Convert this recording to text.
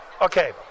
Okay